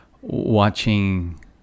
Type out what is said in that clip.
watching